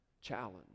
challenge